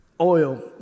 oil